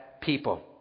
people